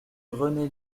rené